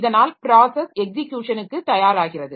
இதனால் ப்ராஸஸ் எக்ஸிக்யுஷனுக்கு தயாராகிறது